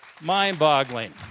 Mind-boggling